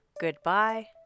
Goodbye